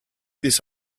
this